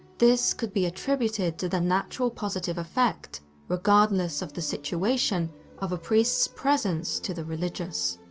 this could be attributed to the natural positive effect regardless of the situation of a priest's presence to the religious.